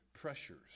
pressures